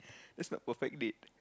that's not perfect date